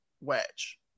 Wedge